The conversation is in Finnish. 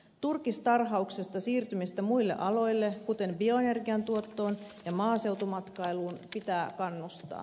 turkistarhauksesta siirtymistä muille aloille kuten bioenergian tuottoon ja maaseutumatkailuun pitää kannustaa